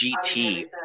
GT